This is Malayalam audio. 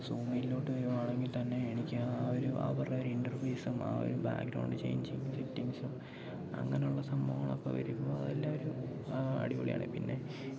സൂം മീറ്റിലോട്ട് വരികയാണെങ്കിൽ തന്നെ എനിക്ക് ആ ഒരു അവരുടെ ഒരു ഇൻ്റർവ്യൂസും ആ ഒരു ബാക്ക് ഗ്രൗണ്ട് ചേഞ്ചിങ്ങ് ഫിറ്റിങ്ങ്സും അങ്ങനെയുള്ള സംഭവങ്ങളൊക്കെ വരുമ്പോൾ നല്ലൊരു അടിപൊളിയാണ് പിന്നെ